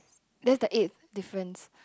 that's the eighth difference